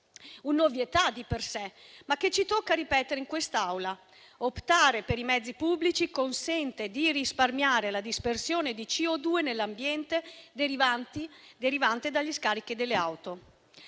un'ovvietà di per sé, ma che ci tocca ripetere in quest'Aula. Optare per i mezzi pubblici consente di risparmiare la dispersione di CO2 nell'ambiente derivante dagli scarichi delle auto.